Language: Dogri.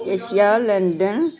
Asia London